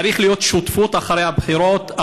צריכה להיות שותפות אחרי הבחירות,